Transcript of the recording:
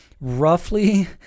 roughly